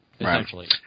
Essentially